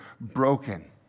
Broken